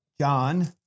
John